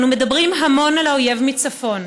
אנו מדברים המון על האויב מצפון,